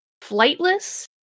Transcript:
flightless